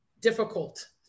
difficult